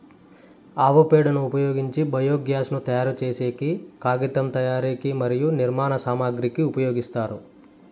ఆవు పేడను ఉపయోగించి బయోగ్యాస్ ను తయారు చేసేకి, కాగితం తయారీకి మరియు నిర్మాణ సామాగ్రి కి ఉపయోగిస్తారు